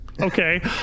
Okay